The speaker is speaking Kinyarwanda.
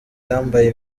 yambaye